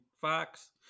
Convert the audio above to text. Fox